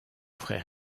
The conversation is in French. frère